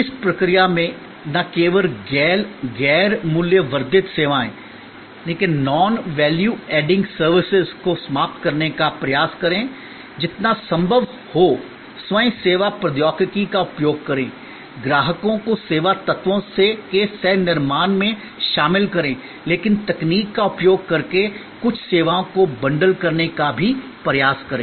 इस प्रक्रिया में न केवल गैर मूल्य वर्धित सेवाओं को समाप्त करने का प्रयास करें जितना संभव हो स्वयं सेवा प्रौद्योगिकी का उपयोग करें ग्राहकों को सेवा तत्वों के सह निर्माण में शामिल करें लेकिन तकनीक का उपयोग करके कुछ सेवाओं को बंडल करने का भी प्रयास करें